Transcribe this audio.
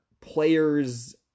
players